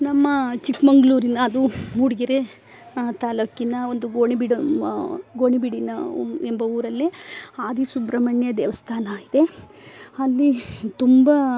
ನಮ್ಮ ಚಿಕ್ಕಮಗಳೂರಿನ ಅದು ಮೂಡಿಗೆರೆ ತಾಲ್ಲೂಕಿನ ಒಂದು ಗೋಣಿಬೀಡು ಗೋಣಿಬೀಡಿನ ಎಂಬ ಊರಲ್ಲಿ ಆದಿಸುಬ್ರಮಣ್ಯ ದೇವಸ್ಥಾನ ಇದೆ ಅಲ್ಲಿ ತುಂಬ